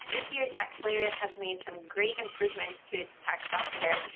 this year taxslayer has made some great improvements to its tax software,